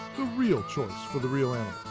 the reel choice for the reel and